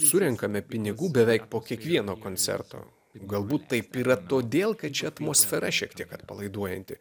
surenkame pinigų beveik po kiekvieno koncerto galbūt taip yra todėl kad čia atmosfera šiek tiek atpalaiduojanti